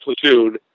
platoon